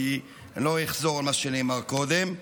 כי אני לא אחזור על מה שנאמר קודם.